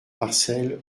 marcel